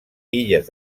illes